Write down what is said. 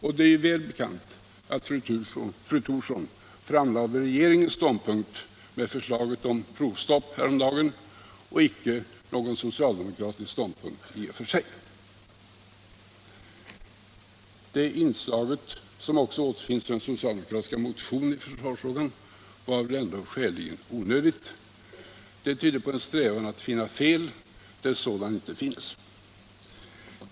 Det är väl bekant att fru Thorsson framlade regeringens ståndpunkt med förslaget om provstopp och icke någon enbart socialdemokratisk ståndpunkt. Det inslaget, som också återfinns i den socialdemokratiska motionen i försvarsfrågan, var väl ändå skäligen onödigt. Det tyder på en strävan att finna fel där sådana inte finns.